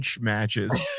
matches